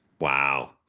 Wow